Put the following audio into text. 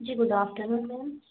ji good afternoon sir